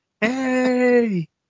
hey